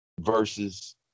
versus